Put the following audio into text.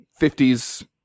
50s